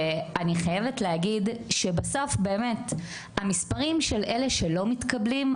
ואני חייבת להגיד שבסוף באמת המספרים של אלה שלא מתקבלים,